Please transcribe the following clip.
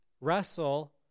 wrestle